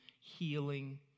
healing